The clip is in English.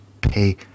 pay